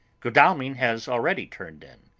godalming has already turned in,